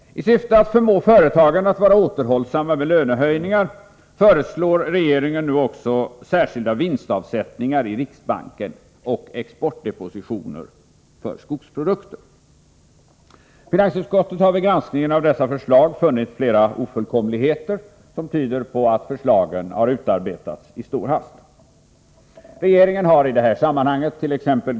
I syfte att förmå företagen att vara återhållsamma med lönehöjningar föreslår regeringen nu också särskilda vinstavsättningar i riksbanken och exportdepositioner för skogsprodukter. Finansutskottet har vid granskningen av dessa förslag funnit flera ofullkomligheter, som tyder på att förslagen har utarbetats i stor hast. Regeringen har i det här sammanhangett.ex.